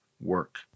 work